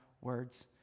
words